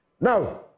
Now